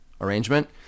arrangement